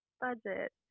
budget